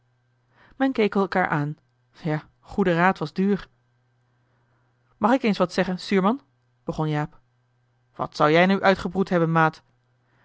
men keek elkaar aan ja goede raad was duur mag ik eens wat zeggen stuurman begon jaap wat zou jij nu uitgebroed hebben maat